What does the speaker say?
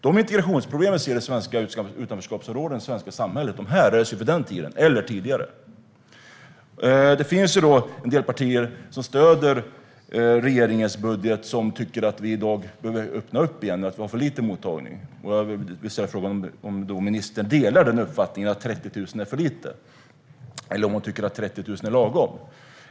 De integrationsproblem vi ser i svenska utanförskapsområden i det svenska samhället härrör från den tiden eller tidigare. Det finns en del partier som stöder regeringens budget och tycker att vi i dag behöver öppna upp igen, att vi har för litet mottagande. Jag vill då ställa frågan om ministern delar uppfattningen att 30 000 är för lite eller om hon tycker att det är lagom.